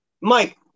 Mike